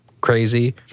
crazy